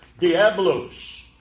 Diablos